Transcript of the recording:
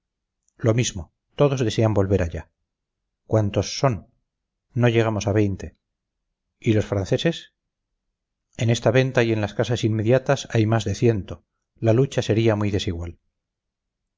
lo mismo todos desean volver allá cuántos son no llegamos a veinte y los franceses en esta venta y en las casas inmediatas hay más de ciento la lucha sería muy desigual